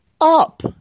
up